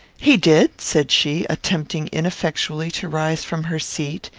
he did, said she, attempting ineffectually to rise from her seat,